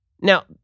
Now